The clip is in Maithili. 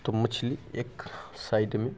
तऽ मछली एक साइडमे